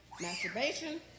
masturbation